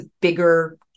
bigger